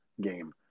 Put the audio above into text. game